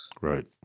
Right